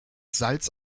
salz